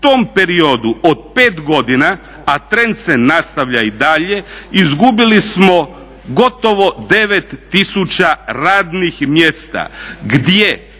u tom periodu od 5 godina a trend se nastavlja i dalje izgubili smo gotovo 9 tisuća radnih mjesta.